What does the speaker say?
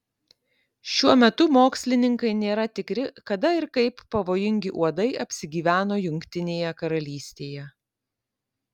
šiuo metu mokslininkai nėra tikri kada ir kaip pavojingi uodai apsigyveno jungtinėje karalystėje